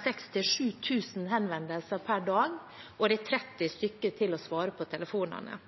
6 000–7 000 henvendelser per dag, og det er 30 stykker til å svare på telefonene.